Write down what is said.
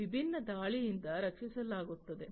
ವಿಭಿನ್ನ ದಾಳಿಯಿಂದ ರಕ್ಷಿಸಲಾಗುತ್ತಿದೆ